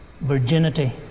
Virginity